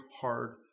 hard